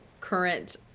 current